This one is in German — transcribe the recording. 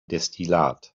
destillat